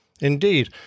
Indeed